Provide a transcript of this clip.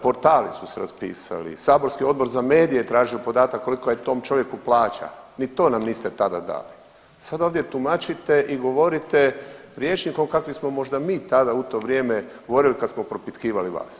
Portali su se raspisali, saborski Odbor za medije je tražio podatak koliko je tom čovjeku plaća, ni to nam niste tada dali, sada ovdje tumačite i govorite rječnikom kakvim smo možda mi tada u to vrijeme govorili kad smo propitkivali vas.